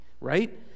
right